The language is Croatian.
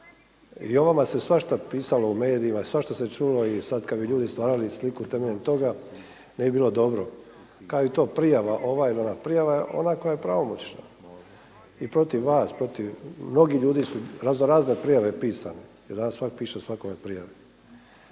i o vama se svašta pisalo u medijima, svašta se čuli i sada kada bi ljudi stvarali sliku na temelju toga ne bi bilo dobro, kao i to prijava ova ili ona. Prijava je ona koja je pravomoćna i protiv vas i protiv mnogih ljudi su raznorazne prijave pisane jer danas svak piše svakome prijave.